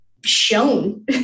shown